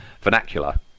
vernacular